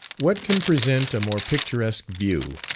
what can present a more picturesque view,